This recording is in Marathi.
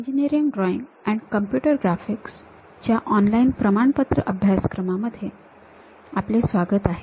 engineering drawing and computer graphics च्या या ऑनलाईन प्रमाणपत्र अभ्यासक्रमामध्ये आपले स्वागत आहे